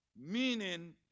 Meaning